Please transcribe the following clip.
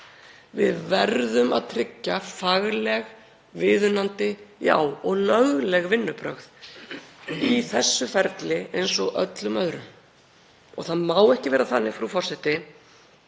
Við verðum að tryggja fagleg, viðunandi og lögleg vinnubrögð í þessu ferli eins og öllum öðrum. Það má ekki vera þannig að kappið